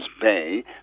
Bay